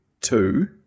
two